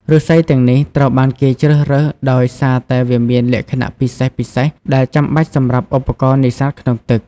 ឫស្សីទាំងនេះត្រូវបានគេជ្រើសរើសដោយសារតែវាមានលក្ខណៈពិសេសៗដែលចាំបាច់សម្រាប់ឧបករណ៍នេសាទក្នុងទឹក។